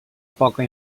poca